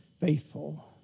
faithful